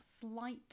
slight